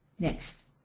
next.